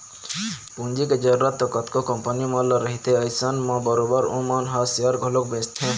पूंजी के जरुरत तो कतको कंपनी मन ल रहिथे अइसन म बरोबर ओमन ह सेयर घलोक बेंचथे